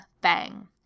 bang